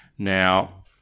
Now